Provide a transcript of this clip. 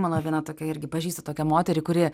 mano viena tokia irgi pažįstu tokią moterį kuri